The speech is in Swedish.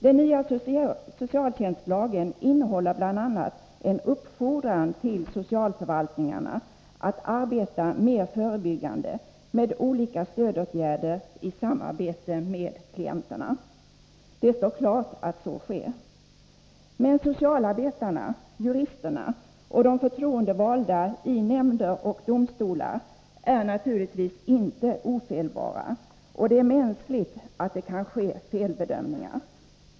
Den nya socialtjänstlagen innehåller bl.a. en uppfordran till socialförvaltningarna att i samarbete med klienterna arbeta mer förebyggande med olika stödåtgärder. Det står klart att så sker. Men socialarbetarna, juristerna och de förtroendevalda i nämnder och domstolar är naturligtvis inte ofelbara, och det är mänskligt att det kan ske felbedömningar.